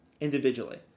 individually